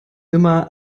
immer